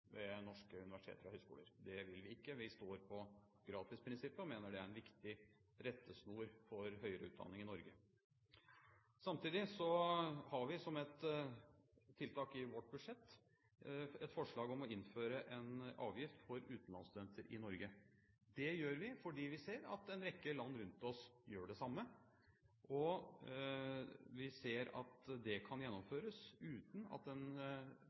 ved norske universiteter og høyskoler. Det vil vi ikke. Vi står på gratisprinsippet og mener det er en viktig rettesnor for høyere utdanning i Norge. Samtidig har vi som et tiltak i vårt budsjett et forslag om å innføre en avgift for utenlandsstudenter i Norge. Det gjør vi fordi vi ser at en rekke land rundt oss gjør det samme. Og vi ser at det kan gjennomføres uten at en